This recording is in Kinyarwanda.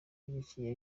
ujya